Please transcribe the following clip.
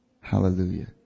hallelujah